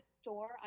store